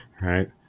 right